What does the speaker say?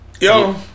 Yo